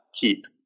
keep